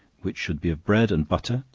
which should be of bread and butter,